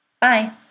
Bye